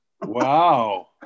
Wow